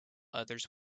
others